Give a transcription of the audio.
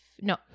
No